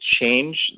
change